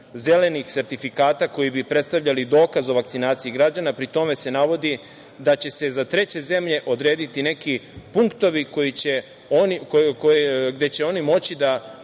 zelenih sertifikata koji bi predstavljali dokaz o vakcinaciji građana, a pri tome se navodi da će se za treće zemlje odrediti neki punktovi gde će oni moći da